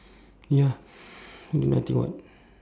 ya doing nothing [what]